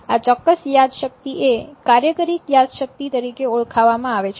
આ ચોક્કસ યાદશક્તિ એ કાર્યકરી યાદશક્તિ તરીકે ઓળખવામાં આવે છે